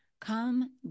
Come